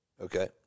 Okay